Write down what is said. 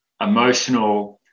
emotional